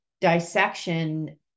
dissection